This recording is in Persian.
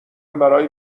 برای